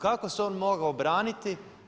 Kako se on mogao obraniti?